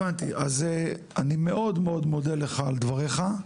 אני מאוד מאוד מודה לך על דבריך.